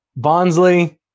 Bonsley